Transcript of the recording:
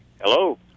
Hello